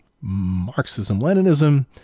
Marxism-Leninism